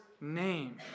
name